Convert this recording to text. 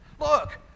Look